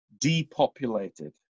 depopulated